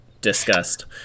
discussed